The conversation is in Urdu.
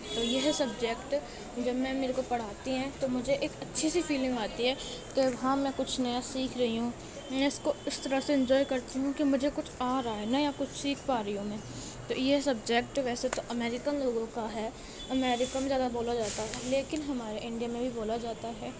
تو یہ سبجیکٹ جب میم میرے کو پڑھاتی ہیں تو مجھے ایک اچھی سی فیلنگ آتی ہے تو ہاں میں کچھ نیا سیکھ رہی ہوں میں اِس کو اِس طرح سے انجوائے کرتی ہوں کہ مجھے کچھ آ رہا ہے نیا کچھ سیکھ پا رہی ہوں میں تو یہ سبجیکٹ ویسے تو امیرکن لوگوں کا ہے امیرکہ میں زیادہ بولا جاتا ہے لیکن ہمارے انڈیا میں بھی بولا جاتا ہے